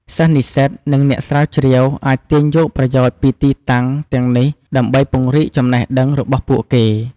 សិស្ស និស្សិត និងអ្នកស្រាវជ្រាវអាចទាញយកប្រយោជន៍ពីទីតាំងទាំងនេះដើម្បីពង្រីកចំណេះដឹងរបស់ពួកគេ។